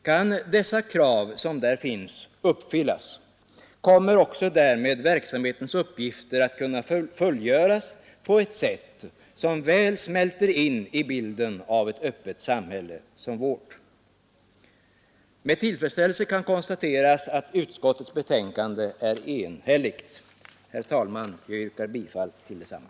Kan dessa krav uppfyllas kommer också därmed verksamhetens uppgifter att kunna fullgöras på ett sätt som väl smälter in i bilden av ett öppet samhälle som vårt. Med tillfredsställelse kan konstateras att utskottets betänkande är enhälligt. Herr talman! Jag ber att få yrka bifall till detsamma.